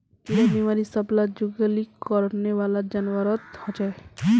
इरा बिमारी सब ला जुगाली करनेवाला जान्वारोत होचे